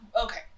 okay